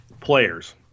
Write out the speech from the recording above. players